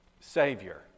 Savior